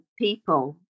people